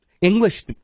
English